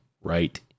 right